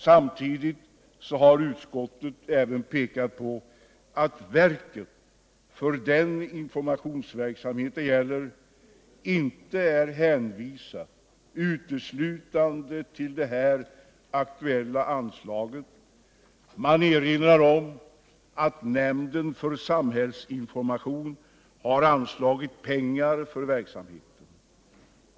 Samtidigt har utskottet även pekat på att verket för den informationsverksamhet det gäller inte är hänvisat uteslutande till det här aktuella anslaget. Man erinrar om, att nämnden för samhällsinformation har anslagit pengar för verksamheten.